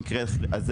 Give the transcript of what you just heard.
במקרה הזה,